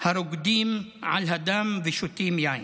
הרוקדים על הדם ושותים יין.